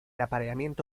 apareamiento